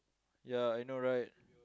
ya I know right